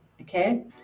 okay